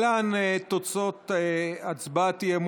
בקנביס למטרות רפואיות, התשפ"ב 2022,